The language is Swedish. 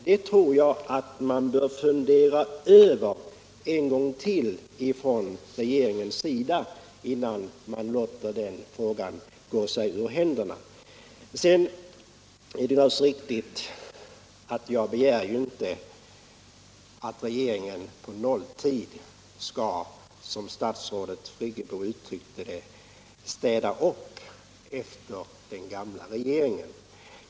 Jag tror att regeringen bör fundera en gång till innan den låter denna fråga gå sig ur händerna. Det är naturligtvis riktigt att jag inte begär att regeringen på nolltid skall, som statsrådet Friggebo uttryckte det, städa upp efter den gamla regeringen.